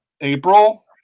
April